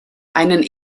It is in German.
einen